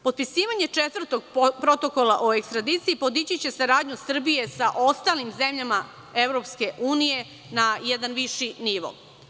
Potpisivanje četvrtog protokola o ekstradiciji podići će saradnju Srbije sa ostalim zemljama EU na jedan viši nivo.